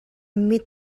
mit